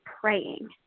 praying